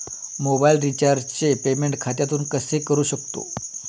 Mobile रिचार्जचे payment खात्यातून कसे करू शकतो?